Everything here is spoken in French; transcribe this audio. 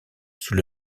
sous